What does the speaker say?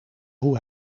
hoe